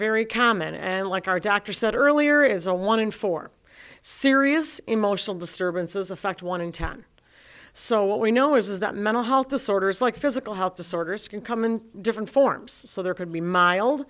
very common and like our doctor said earlier is a one in four serious emotional disturbances affect one in ten so what we know is that mental health disorders like physical health disorders can come in different forms so there could be mild